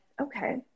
okay